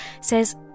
says